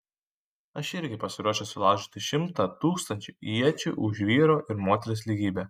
aš irgi pasiruošęs sulaužyti šimtą tūkstančių iečių už vyro ir moters lygybę